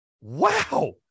wow